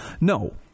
No